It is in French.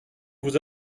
vous